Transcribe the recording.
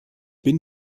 bin